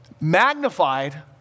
magnified